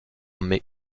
mai